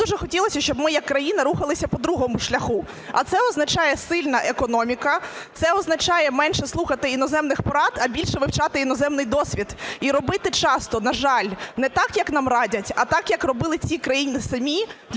б дуже хотілося, щоб ми як країна рухалися по другому шляху. А це означає сильна економіка, це означає менше слухати іноземних порад, а більше вивчати іноземний досвід і робити часто, на жаль, не так як нам радять, а так як робили ці країни самі